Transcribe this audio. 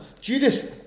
Judas